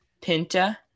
Pinta